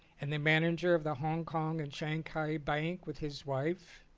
and the manager of the hong-kong and shanghai bank with his wife,